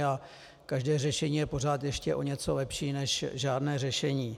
A každé řešení je pořád ještě o něco lepší než žádné řešení.